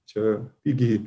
čia pigiai